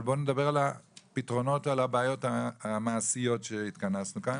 אבל בואו נדבר על הפתרונות והבעיות המעשיות שהתכנסנו כאן